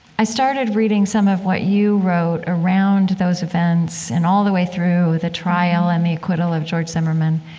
i started reading some of what you wrote around those events and all the way through the trial and the acquittal of george zimmerman.